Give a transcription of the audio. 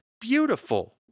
beautiful